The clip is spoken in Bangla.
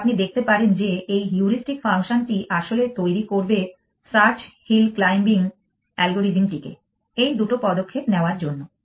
তাই আপনি দেখতে পারেন যে এই হিউড়িস্টিক ফাংশন টি আসলে তৈরি করবে সার্চ হিল ক্লাইম্বিং অ্যালগরিদমটিকে এই দুটো পদক্ষেপ নেওয়ার জন্য